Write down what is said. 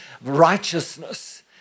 righteousness